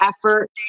effort